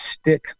stick